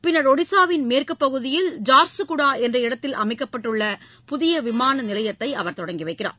பின்னர் ஒடிசாவின் மேற்குப் பகுதியில் ஜார்ககுடா என்ற இடத்தில் அமைக்கப்பட்டுள்ள புதிய விமான நிலையத்தை அவர் தொடங்கி வைக்கிறார்